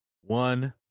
one